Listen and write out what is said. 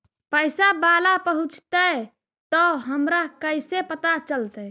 पैसा बाला पहूंचतै तौ हमरा कैसे पता चलतै?